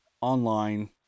Online